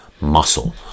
muscle